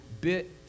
bit